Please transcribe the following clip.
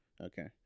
Okay